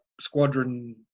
squadron